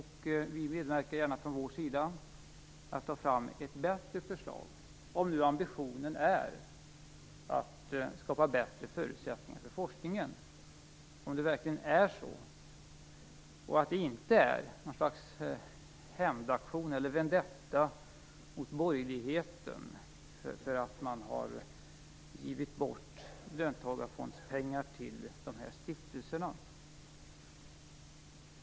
Vi medverkar gärna till att ta fram ett bättre förslag, om nu ambitionen är att skapa bättre förutsättningar för forskningen och inte något slags hämndaktion mot borgerligheten för att man har givit bort löntagarfondspengar till stiftelserna.